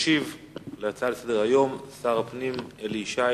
ישיב על ההצעות לסדר-היום שר הפנים אלי ישי.